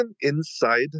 inside